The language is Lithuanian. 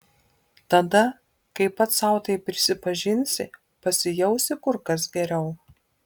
tada kai pats sau tai prisipažinsi pasijausi kur kas geriau